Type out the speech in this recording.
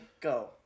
go